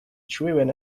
driven